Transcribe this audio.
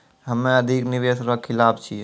हम्मे अधिक निवेश रो खिलाफ छियै